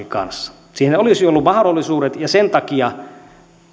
kanssa siihen olisi ollut mahdollisuudet ja sen takia